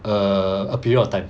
a a period of time